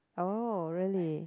oh really